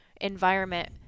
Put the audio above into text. environment